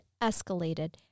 escalated